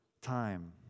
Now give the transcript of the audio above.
time